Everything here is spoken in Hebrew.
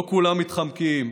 לא כולם מתחמקים.